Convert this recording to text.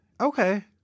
Okay